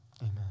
Amen